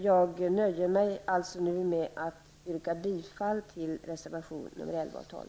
Jag nöjer mig nu med att yrka bifall till reservationerna nr 11 och 12.